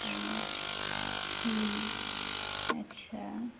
हँ हूँ अच्छा